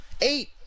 Eight